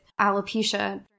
alopecia